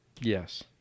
Yes